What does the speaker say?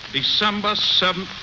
december seventh,